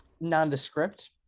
nondescript